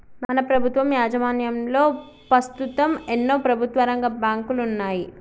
మన ప్రభుత్వం యాజమాన్యంలో పస్తుతం ఎన్నో ప్రభుత్వరంగ బాంకులున్నాయి